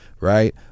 Right